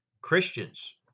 Christians